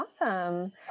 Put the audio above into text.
Awesome